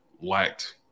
lacked